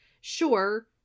sure